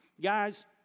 Guys